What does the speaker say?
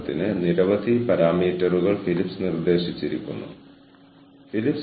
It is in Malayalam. അതിനാൽ നിങ്ങളെ എല്ലാവരെയും പോലെ വളർന്നുവരുന്ന എച്ച്ആർ പ്രൊഫഷണലുകൾക്കുള്ള രണ്ട് ഭാവി ദിശകൾ